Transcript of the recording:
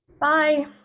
Bye